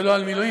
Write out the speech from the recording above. ולא על מילואים,